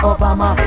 Obama